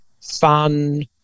fun –